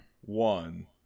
one